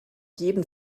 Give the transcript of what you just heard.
jeden